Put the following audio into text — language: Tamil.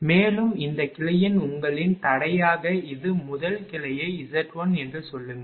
மேலும் இந்த கிளையின் உங்களின் தடையாக இது முதல் கிளையை Z1 என்று சொல்லுங்கள்